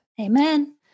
Amen